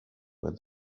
where